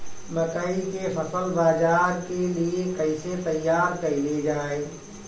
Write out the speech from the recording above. मकई के फसल बाजार के लिए कइसे तैयार कईले जाए?